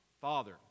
Father